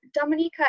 Dominica